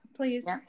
Please